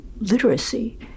literacy